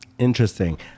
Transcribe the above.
interesting